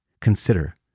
consider